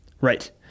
Right